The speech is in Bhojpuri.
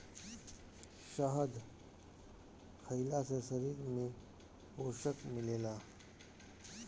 शहद खइला से शरीर में पोषण मिलेला